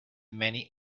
many